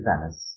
Venice